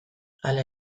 hala